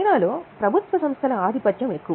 చైనాలో ప్రభుత్వ సంస్థల ఆధిపత్యం ఎక్కువ